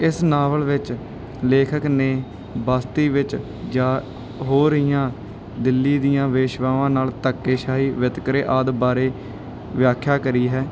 ਇਸ ਨਾਵਲ ਵਿੱਚ ਲੇਖਕ ਨੇ ਬਸਤੀ ਵਿੱਚ ਜਾਂ ਹੋ ਰਹੀਆਂ ਦਿੱਲੀ ਦੀਆਂ ਵੇਸ਼ਵਾਵਾਂ ਨਾਲ ਧੱਕੇਸ਼ਾਹੀ ਵਿਤਕਰੇ ਆਦਿ ਬਾਰੇ ਵਿਆਖਿਆ ਕਰੀ ਹੈ